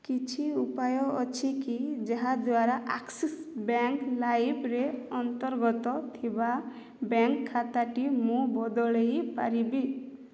କିଛି ଉପାୟ ଅଛି କି ଯାହାଦ୍ୱାରା ଆକ୍ସିସ୍ ବ୍ୟାଙ୍କ ଲାଇମ୍ରେ ଅନ୍ତର୍ଗତ ଥିବା ବ୍ୟାଙ୍କ ଖାତାଟି ମୁଁ ବଦଳାଇ ପାରିବି